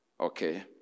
Okay